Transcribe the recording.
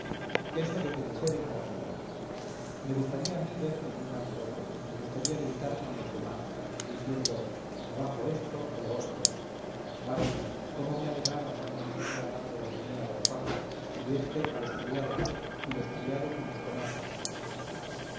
eso debe de ser encantador me gustaría a mí verme en un alboroto me gustaría gritar con los demás diciendo abajo esto o lo otro ay cómo me alegraba cuando mi señora madre reñía a d paco y este a los criados y los criados unos con otros